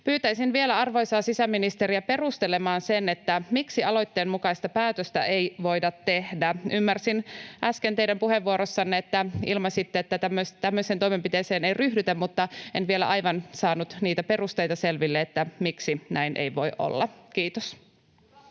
Pyytäisin vielä arvoisaa sisäministeriä perustelemaan sen, miksi aloitteen mukaista päätöstä ei voida tehdä. Ymmärsin äsken teidän puheenvuorostanne, että ilmaisitte, että tämmöiseen toimenpiteeseen ei ryhdytä, mutta en vielä aivan saanut niitä perusteita selville, miksi näin ei voi olla. — Kiitos.